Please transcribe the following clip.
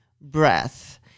breath